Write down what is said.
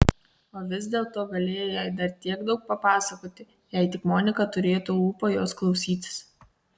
o vis dėlto galėjo jai dar tiek daug papasakoti jei tik monika turėtų ūpo jos klausytis